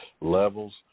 levels